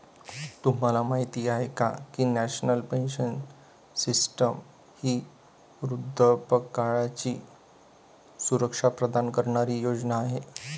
तुम्हाला माहिती आहे का की नॅशनल पेन्शन सिस्टीम ही वृद्धापकाळाची सुरक्षा प्रदान करणारी योजना आहे